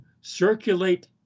circulate